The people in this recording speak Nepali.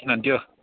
किनभने त्यो